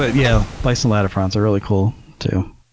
but yeah, bison latifrons, they're really cool, too.